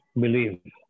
Believe